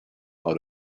how